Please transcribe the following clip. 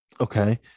Okay